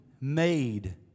made